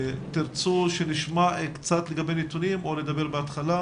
אם תרצו לשמוע קודם נתונים או לדבר בתחילה.